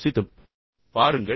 யோசித்துப் பாருங்கள்